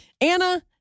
Anna